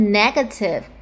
negative